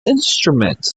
instrument